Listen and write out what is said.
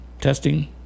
testing